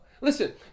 Listen